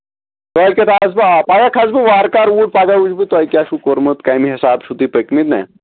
کٲلۍ کٮ۪تھ آسہٕ بہٕ آ پَگاہ کھسہٕ بہٕ وارٕ کارٕ اوٗرۍ پَگاہ وٕچھِ بہٕ تۄہہِ کیٛاہ چھُو کوٚرمُت کَمہِ حِسابہٕ چھِو تُہۍ پٔکۍمٕتۍ نہ